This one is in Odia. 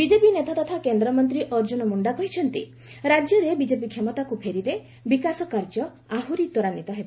ବିଜେପି ନେତା ତଥା କେନ୍ଦ୍ର ମନ୍ତ୍ରୀ ଅର୍ଜୁନ ମୁଖା କହିଛନ୍ତି ରାଜ୍ୟରେ ବିଜେପି କ୍ଷମତାକୁ ଫେରିଲେ ବିକାଶ କାର୍ଯ୍ୟ ଆହୁରି ତ୍ୱରାନ୍ୱିତ ହେବ